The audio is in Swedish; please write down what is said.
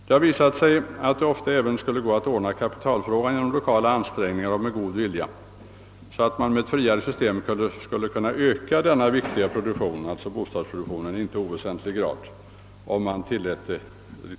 Det har visat sig att det ofta även skulle ha gått att ordna kapitalfrågan genom lokala ansträngningar och med god vilja, så att man med ett friare system skulle ha kunnat öka den viktiga bostadsproduktionen i icke oväsentlig grad.